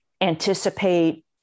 anticipate